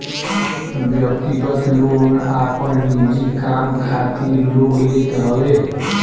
व्यक्तिगत लोन आपन निजी काम खातिर लोग लेत हवे